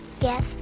Yes